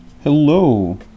Hello